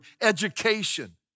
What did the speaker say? education